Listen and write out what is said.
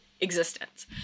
existence